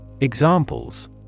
Examples